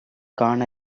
காண